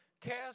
Cast